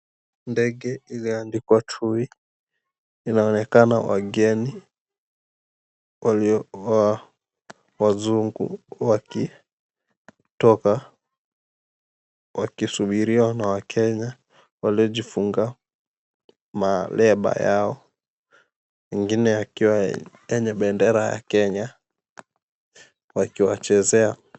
Ndege iliyoandikwa TUI inaonekana wageni waliovaa wazungu wakitoka wakisubiriwa na wa Kenya waliojifunga maleba yao, mengine yakiwa yenye bendera ya Kenya wakiwachezea.